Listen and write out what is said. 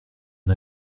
une